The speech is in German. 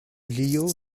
leo